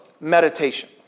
meditation